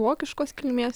vokiškos kilmės